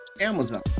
Amazon